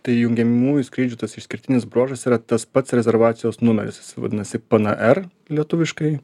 tai jungiamųjų skrydžių tas išskirtinis bruožas yra tas pats rezervacijos numeris jisai vadinasi pnr lietuviškai